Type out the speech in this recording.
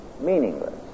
meaningless